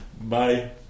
Bye